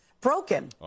broken